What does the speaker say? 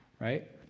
right